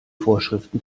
vorschriften